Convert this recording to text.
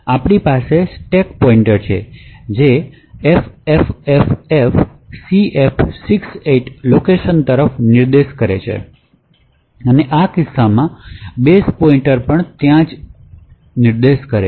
આપણી પાસે stack pointer છે જે ffffcf68 લોકેશન તરફ નિર્દેશ કરે છે અને આ કિસ્સામાં બેઝ પોઇન્ટર પણ ffffcf68 છે